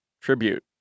tribute